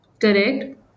Correct